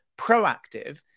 proactive